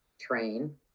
train